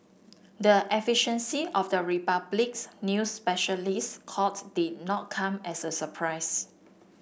the efficiency of the Republic's new specialist court did not come as a surprise